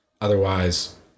otherwise